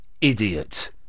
idiot